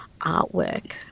artwork